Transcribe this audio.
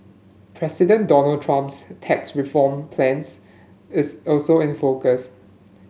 President Donald Trump's tax reform plan is also in focus